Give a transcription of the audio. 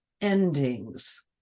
endings